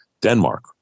Denmark